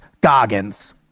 Goggins